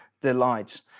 delight